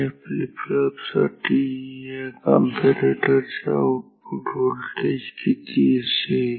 या फ्लिपफ्लॉप साठी या कंपॅरेटर चे आउटपुट व्होल्टेज किती असेल